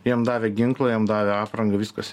jam davė ginklą jam davė aprangą viskas